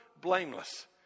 blameless